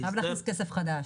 וגם להכניס כסף חדש.